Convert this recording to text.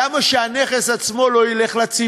למה לא ילך הנכס עצמו לציבור?